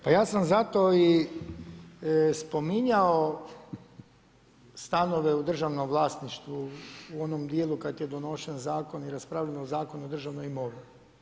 Pa ja sam zato i spominjao stanove u državnom vlasništvu u onom dijelu kada je donošen zakon i raspravljeno o Zakonu o državnoj imovini.